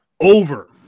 over